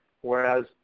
whereas